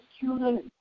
children